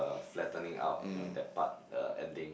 uh flattening out you know that part the ending